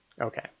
Okay